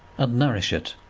and nourish it,